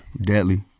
Deadly